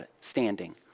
standing